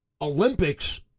Olympics